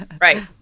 Right